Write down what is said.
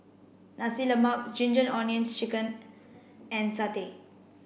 Nasi Lemak ginger onions chicken and satay